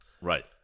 Right